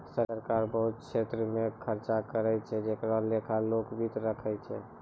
सरकार बहुत छेत्र मे खर्चा करै छै जेकरो लेखा लोक वित्त राखै छै